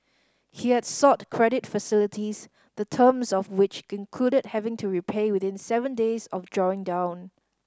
he had sought credit facilities the terms of which included having to repay within seven days of drawing down